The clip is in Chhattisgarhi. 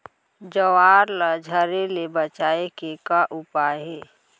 ज्वार ला झरे ले बचाए के का उपाय हे?